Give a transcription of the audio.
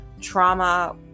trauma